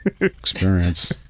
experience